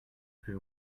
plus